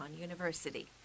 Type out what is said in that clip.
University